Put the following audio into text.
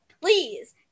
Please